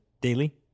daily